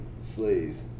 slaves